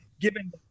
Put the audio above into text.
given